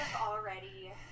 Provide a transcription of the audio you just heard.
already